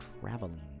Traveling